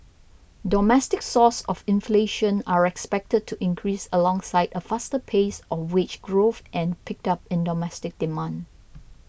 domestic sources of inflation are expected to increase alongside a faster pace of wage growth and picked up in domestic demand